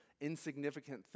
insignificant